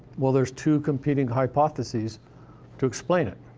well, there's two competing hypotheses to explain it.